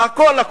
הכול,